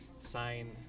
sign